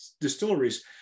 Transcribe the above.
distilleries